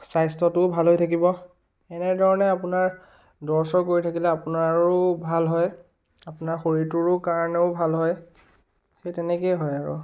স্বাস্থ্যটো ভাল হৈ থাকিব এনেধৰণে আপোনাৰ দৌৰ চৌৰ কৰি থাকিলে আপোনাৰো ভাল হয় আপোনাৰ শৰীৰটোৰ কাৰণেও ভাল হয় সেই তেনেকৈয়ে হয় আৰু